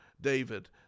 David